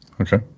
Okay